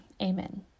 Amen